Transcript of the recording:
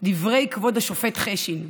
דברי כבוד השופט חשין: